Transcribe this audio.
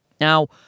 Now